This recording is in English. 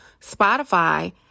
Spotify